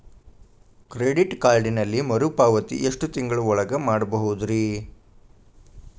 Credit ಕಾರ್ಡಿನಲ್ಲಿ ಮರುಪಾವತಿ ಎಷ್ಟು ತಿಂಗಳ ಒಳಗ ಮಾಡಬಹುದ್ರಿ?